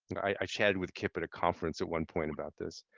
i chatted with kip at a conference at one point about this.